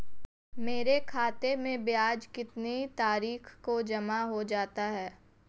मेरे खाते में ब्याज कितनी तारीख को जमा हो जाता है?